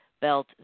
belt